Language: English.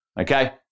Okay